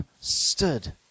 stood